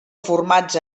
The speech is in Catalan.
formats